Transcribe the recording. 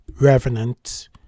Revenant